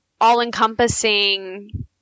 all-encompassing